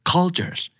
Cultures